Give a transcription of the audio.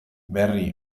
berri